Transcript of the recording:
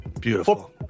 Beautiful